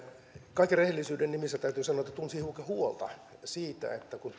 kaiken rehellisyyden nimissä täytyy sanoa että tunsin hiukan huolta siitä kun